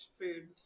food